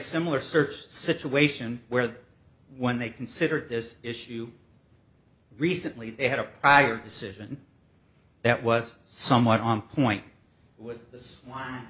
similar search situation where when they considered this issue recently they had a prior decision that was somewhat on point w